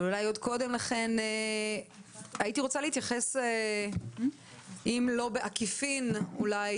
אבל אולי עוד קודם לכן הייתי רוצה להתייחס אם לא במישרין אולי